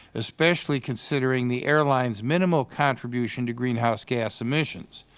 especially considering the airlines' minimal contribution to greenhouse gas emissions.